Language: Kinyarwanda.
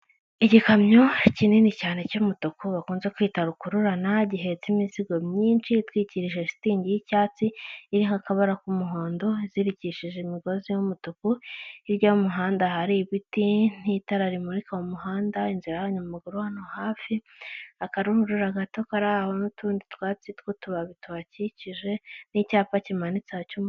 Igikamyo kinini cyane cy'umutuku bakunze kwita rukururana, gihetse imizigo myinshi itwikirije shitingi y'icyatsi iriho akabara k'umuhondo, izirikishije imigozi y'umutuku, hirya y'umuhanda hari ibiti n'itara rimurika mu umuhanda, inzira y'abanyamaguru hano hafi, akaruhurura gato karaho n'utundi twatsi tw'utubabi tubakikije n'icyapa kimanitse cy'umutuku.